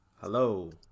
Hello